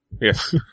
Yes